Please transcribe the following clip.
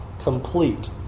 complete